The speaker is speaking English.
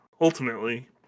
ultimately